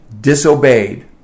disobeyed